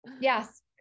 Yes